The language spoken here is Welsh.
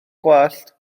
gwallt